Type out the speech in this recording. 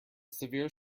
severe